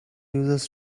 users